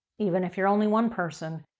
even if you're only one person,